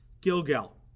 Gilgal